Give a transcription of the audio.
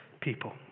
people